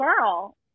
girl